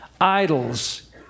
idols